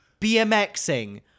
BMXing